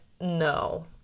no